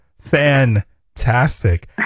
fantastic